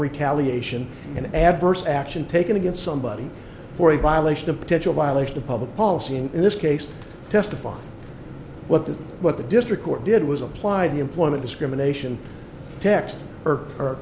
retaliation an adverse action taken against somebody for a violation of potential violation of public policy and in this case testified what the what the district court did was applied the employment discrimination t